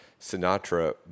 Sinatra